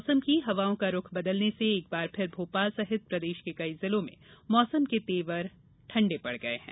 मौसम हवाओं का रूख बदलने से एक बार फिर भोपाल सहित प्रदेश के कई जिलों में मौसम के तेवर फिर ठंडे पड़ गये है